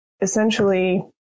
essentially